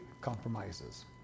compromises